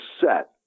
set